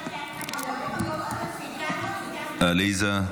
עליזה,